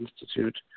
Institute